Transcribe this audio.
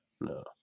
No